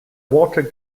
water